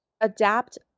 adapt